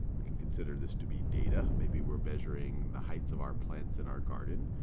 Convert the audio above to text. we can consider this to be data. maybe we're measuring the heights of our plants in our garden.